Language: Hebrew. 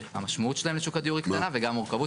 המשמעות שלהן לשוק הדיור היא קטנה וגם המורכבות